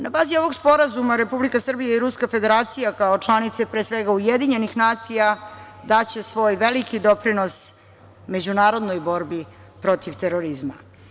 Na bazi ovog Sporazuma Republika Srbija i Ruska Federacija kao članice pre svega Ujedinjenih nacija daće svoj veliki doprinos međunarodnoj borbi protiv terorizma.